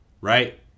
Right